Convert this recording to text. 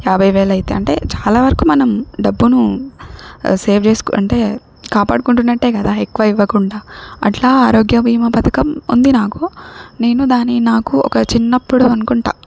యాభై వేలు అవుతాయి అంటే చాలా వరకు మనం డబ్బును సేవ్ చేసుకో అంటే కాపాడుకుంటున్నట్టే కదా ఎక్కువ ఇవ్వకుండా అట్లా ఆరోగ్య బీమా పథకం ఉంది నాకు నేను దాని నాకు ఒక చిన్నప్పుడు అనుకుంటా